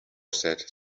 said